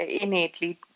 innately